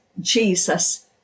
Jesus